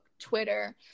Twitter